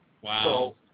Wow